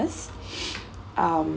um